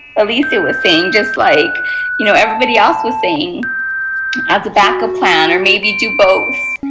alecia was saying, just like you know everybody else was saying as a backup plan or maybe do both.